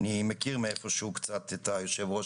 אני מכיר קצת את היושב-ראש,